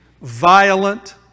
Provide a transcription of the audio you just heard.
violent